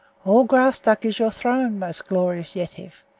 all graustark is your throne, most glorious yetive.